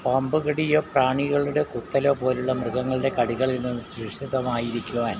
പാമ്പ്കടിയോ പ്രാണികളുടെ കുത്തലോ പോലുള്ള മൃഗങ്ങളുടെ കടികളിൽ നിന്ന് സുരക്ഷിതമായി ഇരിക്കുവാൻ